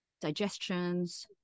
digestions